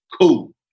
Cool